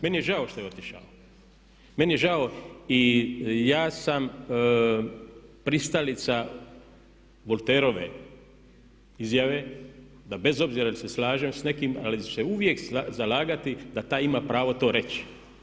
Meni je žao što je otišao, meni je žao i ja sam pristalica Voltaireove izjave da bez obzira jel' se slažem s nekim ali ću se uvijek zalagati da taj ima pravo to reći.